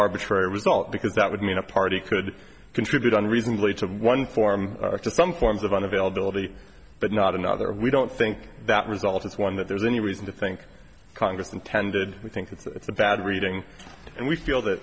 arbitrary result because that would mean a party could contribute on reasonably to one form or to some forms of on availability but not another we don't think that result is one that there's any reason to think congress intended we think it's a bad reading and we feel th